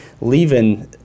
leaving